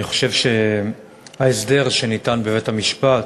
אני חושב שההסדר שניתן בבית-המשפט,